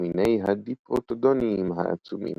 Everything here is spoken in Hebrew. ומיני הדיפרוטודוניים העצומים.